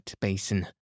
Basin